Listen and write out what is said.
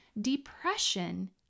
depression